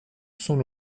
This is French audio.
son